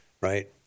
right